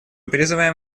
призываем